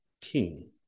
king